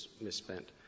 misspent